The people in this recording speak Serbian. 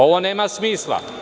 Ovo nema smisla.